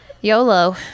YOLO